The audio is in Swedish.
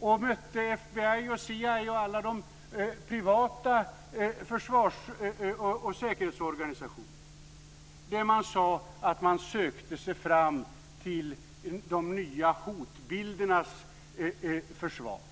och mötte CIA, FBI och flera privata försvars och säkerhetsorganisationer. Där sade man att man sökte sig fram till de nya hotbildernas försvar.